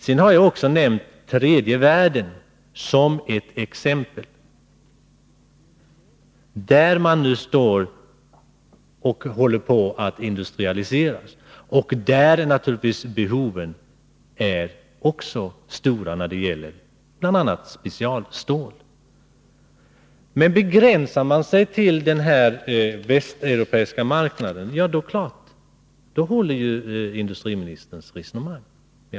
Jag har också nämnt tredje världen som ett exempel. Där håller man nu på att industrialisera, och naturligtvis är behoven stora när det gäller bl.a. specialstål. Begränsar man sig till den västeuropeiska marknaden, då är det klart att industriministerns resonemang håller.